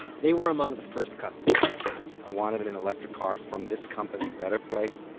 they were among the first customers i wanted an an electric car from this company, better place,